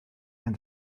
and